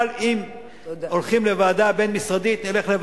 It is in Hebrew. אבל אם הולכים לוועדה בין-משרדית,